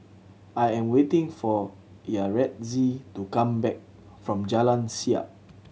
I am waiting for Yaretzi to come back from Jalan Siap